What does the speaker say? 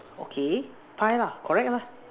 okay pie lah correct lah